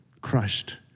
crushed